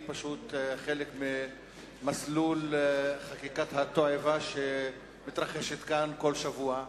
היא פשוט חלק ממסלול חקיקת התועבה שמתרחשת כאן כל שבוע.